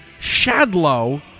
Shadlow